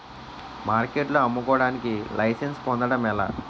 మార్కెట్లో అమ్ముకోడానికి లైసెన్స్ పొందడం ఎలా?